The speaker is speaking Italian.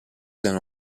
della